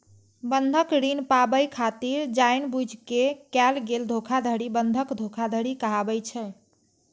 बंधक ऋण पाबै खातिर जानि बूझि कें कैल गेल धोखाधड़ी बंधक धोखाधड़ी कहाबै छै